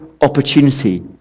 opportunity